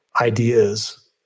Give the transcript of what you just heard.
ideas